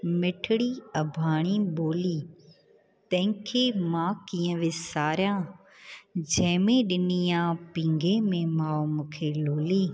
मिठणी अबाणी ॿोली तंहिंखे मां कीअं विसारिया जंहिं में ॾिनी आहे पिंगे में माउ मूंखे लोली